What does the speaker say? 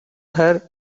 her